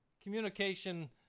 communication